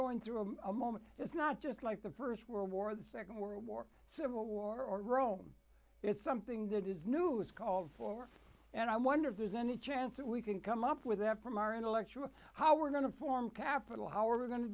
going through a moment it's not just like the st world war the nd world war civil war or rome it's something that is new is called for and i wonder if there's any chance that we can come up with that from our intellectual how we're going to form capital how are we go